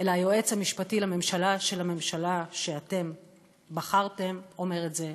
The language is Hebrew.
אלא היועץ המשפטי לממשלה של הממשלה שאתם בחרתם אומר את זה.